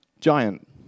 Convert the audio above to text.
giant